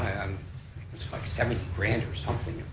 was like seventy grand or something,